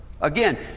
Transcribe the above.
Again